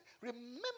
remember